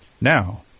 Now